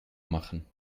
machen